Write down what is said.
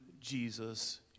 Jesus